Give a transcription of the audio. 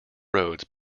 roads